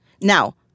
Now